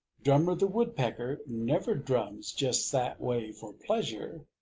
drummer the woodpecker never drums just that way for pleasure.